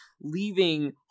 leaving